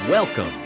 Welcome